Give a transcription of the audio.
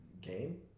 game